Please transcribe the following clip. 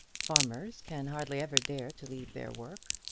farmers can hardly ever dare to leave their work.